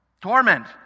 torment